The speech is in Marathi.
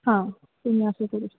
हां तुम्ही असं करू शकता